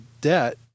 debt